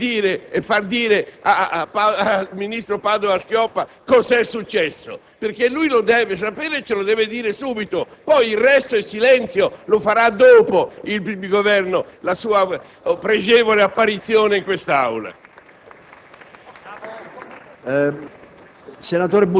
l'eloquenza di Demostene per dire o far dire al ministro Padoa-Schioppa cos'è successo, perché lui lo deve sapere e ce lo deve riferire subito. Il resto è silenzio. La farà dopo il Governo la sua pregevole apparizione in quest'Aula.